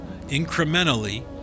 incrementally